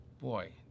Boy